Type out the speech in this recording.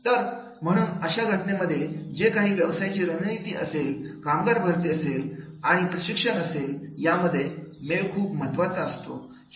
तर म्हणून अशा घटनेमध्ये जे काही व्यवसायाची रणनीती असेल कामगार भरती असेल आणि आणि प्रशिक्षण असेल यामधील मेळ खूप महत्त्वाचा असतो